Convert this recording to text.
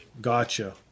Gotcha